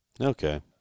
Okay